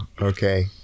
okay